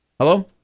Hello